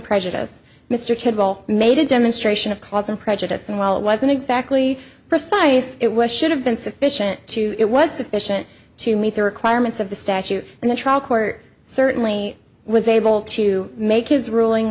prejudiced mr treadwell made a demonstration of cause and prejudice and while it wasn't exactly precise it was should have been sufficient to it was sufficient to meet the requirements of the statute and the trial court certainly was able to make his ruling